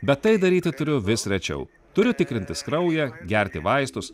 bet tai daryti turiu vis rečiau turiu tikrintis kraują gerti vaistus